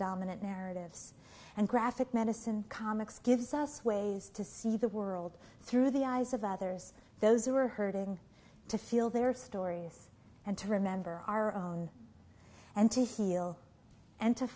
dominant narratives and graphic medicine comics gives us ways to see the world through the eyes of others those who are heard and to feel their stories and to remember our own and to heal and to